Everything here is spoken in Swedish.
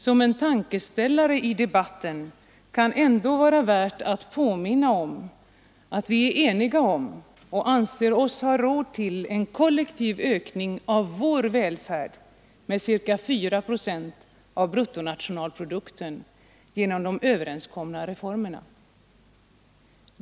Som en tankeställare i debatten kan ändå vara värt att påminna om att vi är eniga om och anser oss ha råd till en kollektiv ökning av vår välfärd med ca 4 procent av bruttonationalprodukten genom de överenskomna reformerna.